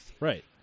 Right